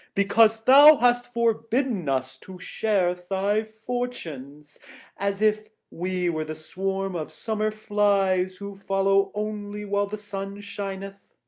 because thou hast forbidden us to share thy fortunes as if we were the swarm of summer flies, who follow only while the sun shineth.